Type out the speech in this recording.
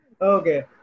Okay